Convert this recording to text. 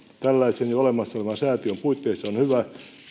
tällaisen jo olemassa olevan säätiön puitteissa on hyvä